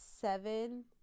seven